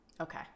Okay